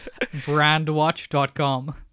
Brandwatch.com